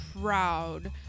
proud